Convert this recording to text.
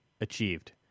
achieved